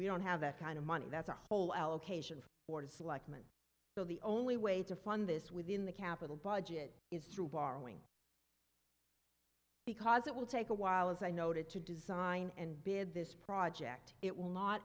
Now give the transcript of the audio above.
we don't have that kind of money that's a whole allocation board of selectmen so the only way to fund this within the capital budget is through borrowing because it will take a while as i noted to design and bid this project it will not